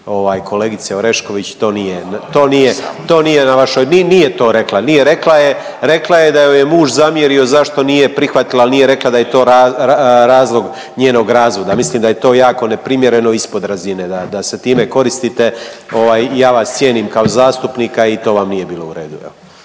nije to rekla, nije, rekla je, rekla je da joj je muž zamjerio zašto nije prihvatila, al nije rekla da je to razlog njenog razloga, mislim da je to jako neprimjerene i ispod razine da, da se time koristite, ovaj ja vas cijenim kao zastupnika i to vam nije bilo u redu,